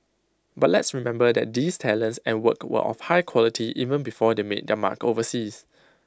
but let's remember that these talents and work were of high quality even before they made their mark overseas